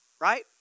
right